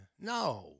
No